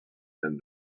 and